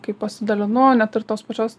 kai pasidalinu net ir tos pačios